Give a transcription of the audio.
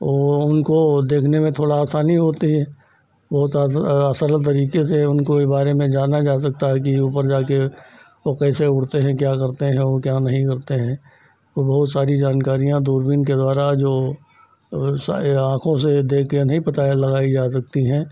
और वह उनको देखने में थोड़ी आसानी होती है बहुत सरल तरीके से उनके बारे में जाना जा सकता है कि ऊपर जाकर वह कैसे उड़ते हैं क्या करते हैं वह क्या नहीं करते हैं और बहुत सारी जानकारियाँ दूरबीन के द्वारा जो इन आँखों से यह देखकर यह नहीं पता लगाई जा सकती हैं